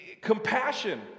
compassion